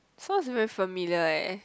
sounds very familiar eh